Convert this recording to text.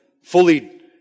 fully